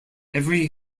every